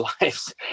lives